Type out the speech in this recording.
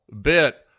bit